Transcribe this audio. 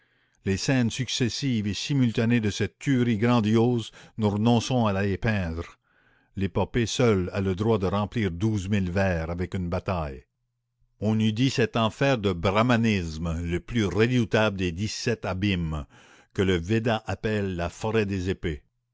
les scènes successives et simultanées de cette tuerie grandiose nous renonçons à les peindre l'épopée seule a le droit de remplir douze mille vers avec une bataille on eût dit cet enfer du brahmanisme le plus redoutable des dix-sept abîmes que le véda appelle la forêt des épées